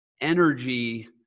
energy